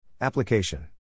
Application